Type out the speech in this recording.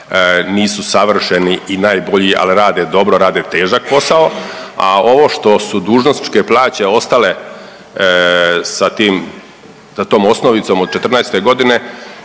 nisu savršeni i najbolji, ali rade dobro, rade težak posao, a ovo što su dužnosničke plaće ostale sa tim, sa tom osnovicom od '14. godine